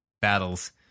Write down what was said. battles